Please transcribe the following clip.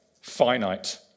finite